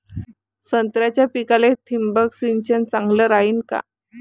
संत्र्याच्या पिकाले थिंबक सिंचन चांगलं रायीन का?